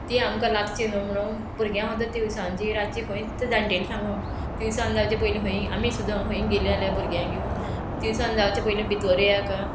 ती आमकां लागची न्हू म्हणून भुरग्यांक सुद्दां तिनसांजची रातची खंय तीं जाणटेली सांगप तिनसांज जावचे पयलीं खंय आमी सुद्दां खंय गेलीं जाल्यार भुरग्यांक घेवन तिनसांज जावचे पयलीं भितोर येयात आं